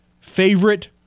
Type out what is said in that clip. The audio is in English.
Favorite